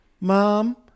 Mom